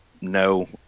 No